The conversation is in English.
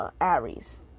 Aries